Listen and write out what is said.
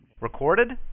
Recorded